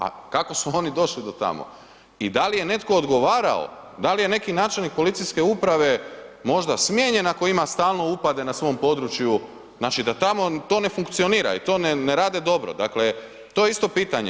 A kako su oni došli do tamo i dali je netko odgovarao, da li je neki načelnik policijske uprave možda smijenjen ako ima stalno upade na svom području, znači da tamo to ne funkcionira i to ne rade dobro, dakle, to je isto pitanje.